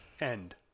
end